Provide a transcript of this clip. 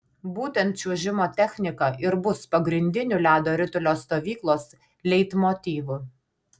būtent čiuožimo technika ir bus pagrindiniu ledo ritulio stovyklos leitmotyvu